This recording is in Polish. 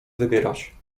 wybierać